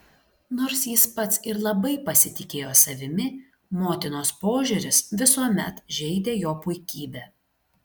nors jis pats ir labai pasitikėjo savimi motinos požiūris visuomet žeidė jo puikybę